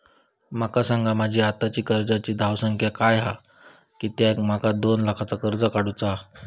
माका सांगा माझी आत्ताची कर्जाची धावसंख्या काय हा कित्या माका दोन लाखाचा कर्ज काढू चा हा?